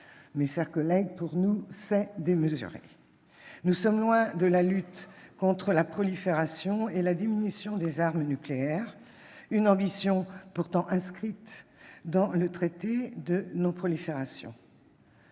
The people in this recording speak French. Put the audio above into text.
Mes chers collègues, c'est démesuré ! Nous sommes loin de la lutte contre la prolifération et pour la diminution des armes nucléaires, ambition pourtant inscrite dans le traité de non-prolifération.